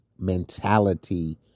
mentality